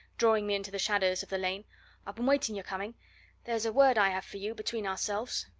drawing me into the shadows of the lane i've been waiting your coming there's a word i have for you between ourselves.